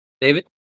David